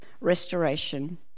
restoration